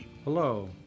Hello